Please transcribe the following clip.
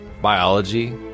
biology